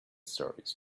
stories